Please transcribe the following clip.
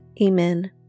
amen